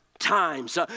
Times